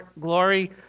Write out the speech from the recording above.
glory